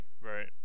Right